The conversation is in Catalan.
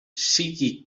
sigui